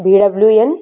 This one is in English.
B W N